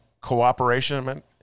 cooperation